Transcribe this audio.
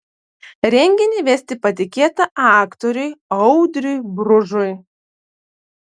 renginį vesti patikėta aktoriui audriui bružui